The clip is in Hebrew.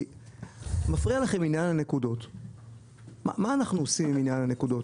מה אנחנו עושים עם עניין הנקודות?